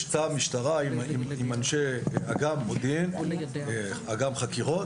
יש משטרה עם אנשי אגף מודיעין ואגף חקירות